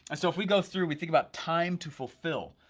and so if we go through we think about time to fulfill,